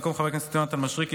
במקום חבר הכנסת יונתן משריקי,